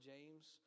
James